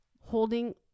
holding